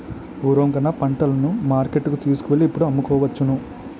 పూర్వం కన్నా పంటలను మార్కెట్టుకు తీసుకువెళ్ళి ఇప్పుడు అమ్ముకోవచ్చును